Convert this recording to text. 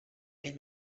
ell